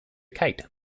kite